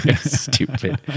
stupid